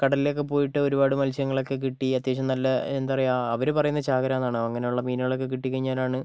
കടലിലൊക്കെ പോയിട്ട് ഒരുപാട് മത്സ്യങ്ങളൊക്കെ കിട്ടി അത്യാവശ്യം നല്ല എന്താ പറയുക അവർ പറയുന്നത് ചാകരയെന്നാണ് അങ്ങനെയുള്ള മീനുകളൊക്കെ കിട്ടി കഴിഞ്ഞാലാണ്